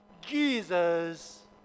Jesus